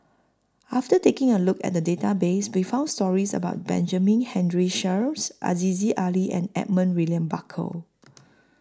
after taking A Look At The Database We found stories about Benjamin Henry Sheares Aziza Ali and Edmund William Barker